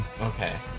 Okay